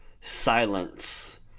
silence